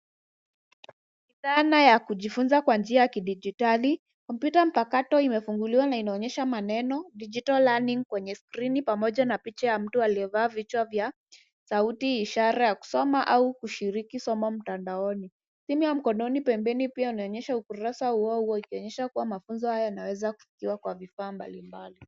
Dhana ya kujifunza kwa njia ya kidigitali. Kompyuta mpakato imefunguliwa na inaonyesha maneno digital learning kwenye screeni pamoja na picha ya mtu aliyevaa vichwa vya sauti, ishara ya kusoma au kushiriki somo mtandaoni. Simu ya mkononi pembeni pia inaonyesha pia ukurasa huo huo kuonyesha kuwa masomo haya yanaeza kufikiwaa kwa vifaa mbali mbali.